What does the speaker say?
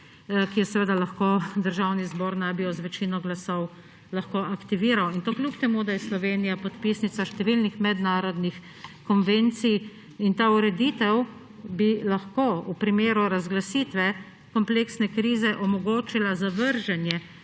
ki naj bi jo Državni zbor z večino glasov lahko aktiviral, in to kljub temu, da je Slovenija podpisnica številnih mednarodnih konvencij. Ta ureditev bi lahko v primeru razglasitve kompleksne krize omogočila zavrženje